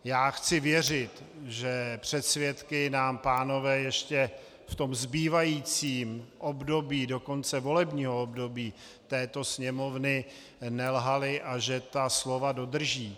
Já chci věřit, že před svědky nám pánové ještě v tom zbývajícím období do konce volebního období této Sněmovny nelhali a že ta slova dodrží.